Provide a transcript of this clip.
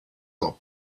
not